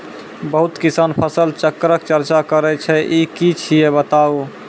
बहुत किसान फसल चक्रक चर्चा करै छै ई की छियै बताऊ?